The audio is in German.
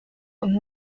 und